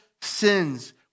sins